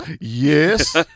Yes